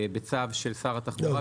בצו של שר התחבורה.